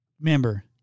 remember